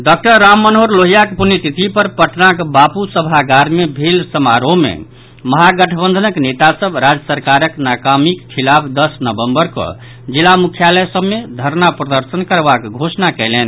doctor Rammanohar लोहियाक पुण्यतिथि पर पटनाक बापू सभागार मे भेल समारोह मे महागठबंधनक नेता सभ राज्य सरकारक नाकामीक खिलाफ दस नवम्बर कऽ जिला मुख्यालय सभ मे धरना प्रदर्शन करबाक घोषणा कयलनि